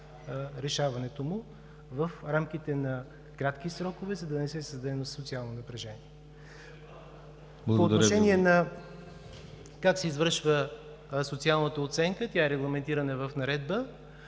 решаването му в рамките на кратки срокове, за да не се създаде социално напрежение. По отношение на това как се извършва социалната оценка, тя е регламентирана в наредба.